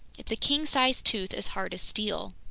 it's a king-sized tooth as hard as steel.